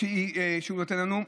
נותן לנו,